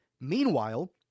Meanwhile